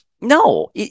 no